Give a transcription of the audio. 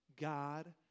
God